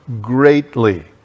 greatly